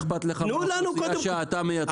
אכפת לך מהאוכלוסייה שאתה מייצג,